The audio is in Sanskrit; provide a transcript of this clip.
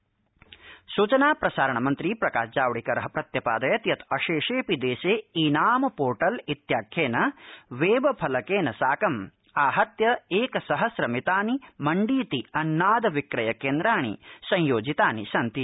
जावडक्कि ई नाम पोर्टल सूचना प्रसारण मन्त्री प्रकाश जावड़ेकरः प्रत्यपादयत् यत् अशेषेऽपि देशे ई नाम पोर्टल इत्याख्येन वेबफलकेन साकम् आहत्य एक सहस्र मितानि मण्डीति अन्नाद विक्रय केन्द्राणि संयोजितानि सन्ति